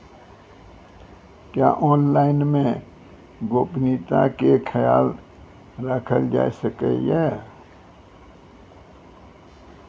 क्या ऑनलाइन मे गोपनियता के खयाल राखल जाय सकै ये?